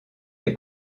les